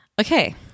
okay